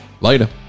Later